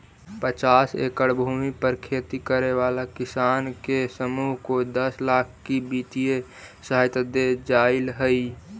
पचास एकड़ भूमि पर खेती करे वाला किसानों के समूह को दस लाख की वित्तीय सहायता दे जाईल हई